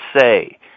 say